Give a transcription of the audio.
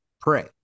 pray